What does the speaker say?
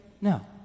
No